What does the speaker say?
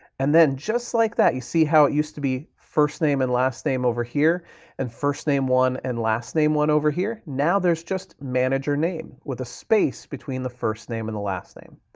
and then just like that, you see how it used to be first name and last name over here and first name one and last name one over here? now there's just manager name with a space between the first name and the last name.